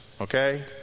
okay